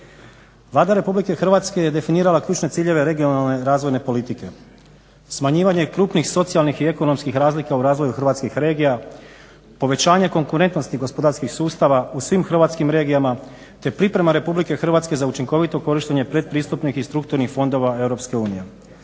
Vlada Republike Hrvatske je definirala ključne ciljeve regionalne razvojne politike. Smanjivanje krupnih socijalnih i ekonomskih razlika u razvoju hrvatskih regija, povećanje konkurentnosti gospodarskih sustava u svim hrvatskim regijama te priprema RH za učinkovito korištenje pretpristupnih i strukturnih fondova EU.